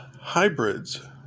hybrids